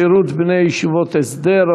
שירות בני ישיבות הסדר),